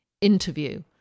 interview